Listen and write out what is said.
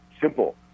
Simple